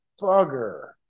Bugger